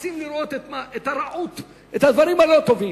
מחפשים לראות את הרע, את הדברים הלא-טובים.